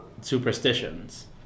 superstitions